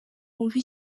wumve